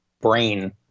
brain